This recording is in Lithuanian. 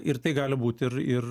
ir tai gali būti ir ir